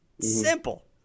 simple